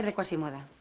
and quasimodo,